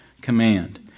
command